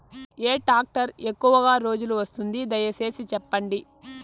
ఏ tractor ఎక్కువగా రోజులు వస్తుంది, దయసేసి చెప్పండి?